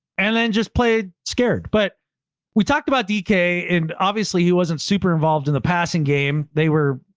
and then just played scared, but we talked about dk and obviously he wasn't super involved in the passing game. they were.